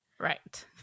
Right